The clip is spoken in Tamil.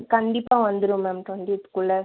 கண்டிப்பாக வந்துரும் மேம் டுவெண்ட்டி எய்த்துக்குள்ளே